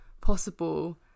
possible